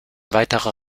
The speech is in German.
weiterer